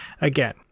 Again